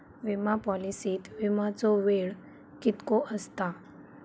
विमा पॉलिसीत विमाचो वेळ कीतको आसता?